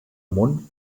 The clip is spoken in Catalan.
món